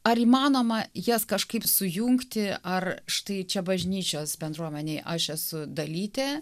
ar įmanoma jas kažkaip sujungti ar štai čia bažnyčios bendruomenei aš esu dalytė